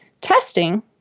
testing